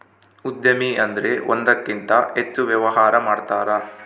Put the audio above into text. ಉದ್ಯಮಿ ಅಂದ್ರೆ ಒಂದಕ್ಕಿಂತ ಹೆಚ್ಚು ವ್ಯವಹಾರ ಮಾಡ್ತಾರ